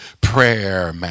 prayer